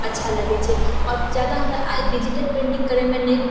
अच्छा लगैत छै आ जादा हमरा डिजिटल पेन्टिङ्ग करएमे नहि